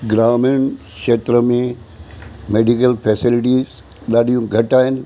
ग्रामीण क्षेत्र में मेडिकल फेसिलिटीज़ ॾाढियूं घटि आहिनि